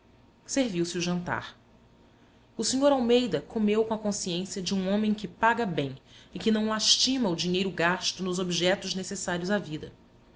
porto serviu-se o jantar o sr almeida comeu com a consciência de um homem que paga bem e que não lastima o dinheiro gasto nos objetos necessários à vida